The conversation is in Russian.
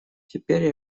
теперь